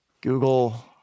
Google